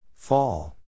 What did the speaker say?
Fall